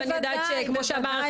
אני יודעת שכמו שאמרת,